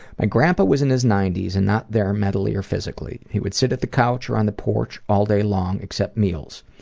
my grandpa was in his ninety s and not there mentally or physically. he would sit at the couch or um the porch all day long except meals.